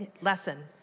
lesson